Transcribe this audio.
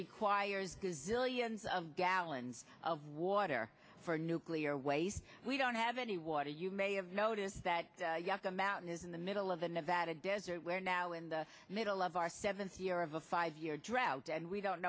zillions of gallons of water for nuclear waste we don't have any water you may have noticed that you have to mountain is in the middle of the nevada desert we're now in the middle of our seventh year of a five year drought and we don't